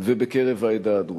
ובקרב העדה הדרוזית.